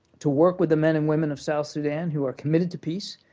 to work with the men and women of south sudan who are committed to peace,